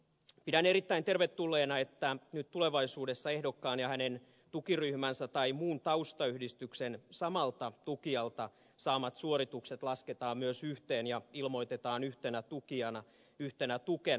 pidän erittäin tervetulleena että nyt tulevaisuudessa ehdokkaan ja hänen tukiryhmänsä tai muun taustayhdistyksen samalta tukijalta saamat suoritukset lasketaan myös yhteen ja ilmoitetaan yhtenä tukena